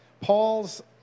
Paul's